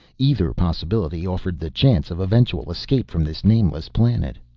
either possibility offered the chance of eventual escape from this nameless planet.